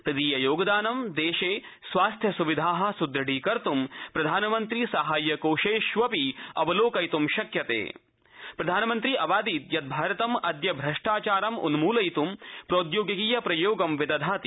तदीय योगदानं दर्जस्वास्थ्यसुविधा सुदृढीकतुँ प्रधानमन्त्री साहाय्य कोशर्त्री अवलोकयितुं शक्यता प्रधानमन्त्री अवादीत् यत् भारत अद्य भ्रष्टाचार उन्मलयित् प्रौद्यौगिकीय प्रयोगं विदधाति